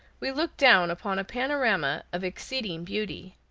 we look down upon a panorama of exceeding beauty.